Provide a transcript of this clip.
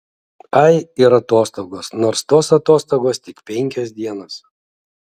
ai ir atostogos nors tos atostogos tik penkios dienos